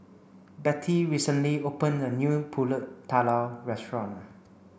Betty recently opened a new Pulut Tatal restaurant